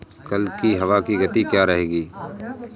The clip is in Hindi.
कल की हवा की गति क्या रहेगी?